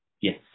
Yes